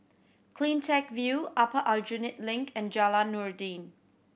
Cleantech View Upper Aljunied Link and Jalan Noordin